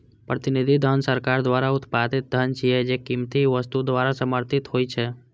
प्रतिनिधि धन सरकार द्वारा उत्पादित धन छियै, जे कीमती धातु द्वारा समर्थित होइ छै